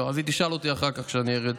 אז היא תשאל אותי אחר כך כשאני ארד.